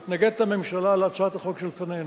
הממשלה מתנגדת להצעת החוק שלפנינו.